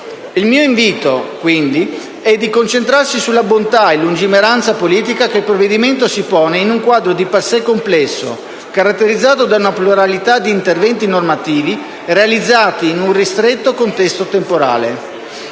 Il mio invito, quindi, è di concentrarsi sulla bontà e la lungimiranza politica degli obiettivi che il provvedimento si pone, in un quadro di per sé complesso, caratterizzato da una pluralità di interventi normativi realizzati in un ristretto contesto temporale.